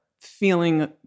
feeling